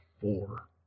four